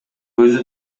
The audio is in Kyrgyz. өзү